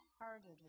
heartedly